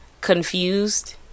confused